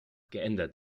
geändert